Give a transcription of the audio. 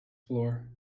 floor